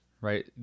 right